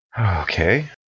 Okay